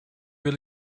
wil